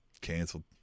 Canceled